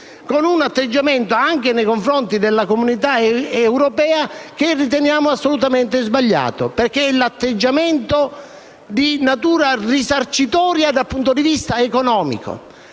con un atteggiamento, nei confronti della comunità europea, che riteniamo assolutamente sbagliato perché è di natura risarcitoria dal punto di vista economico?